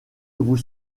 vous